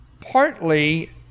partly